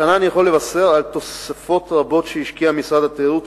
השנה אני יכול לבשר על תוספות רבות שהשקיע משרד התיירות,